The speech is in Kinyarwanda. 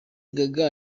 gaga